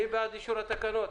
מי בעד אישור התקנות?